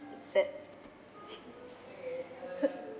sad